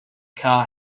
car